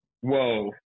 whoa